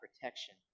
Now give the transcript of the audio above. protection